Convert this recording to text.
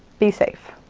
be safe.